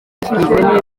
hashyizweho